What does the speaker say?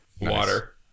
Water